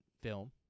film